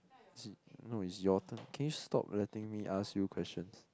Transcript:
as in no it's your turn can you stop letting me ask you questions